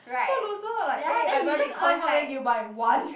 so loser like eh I buy Bitcoin how many did you buy one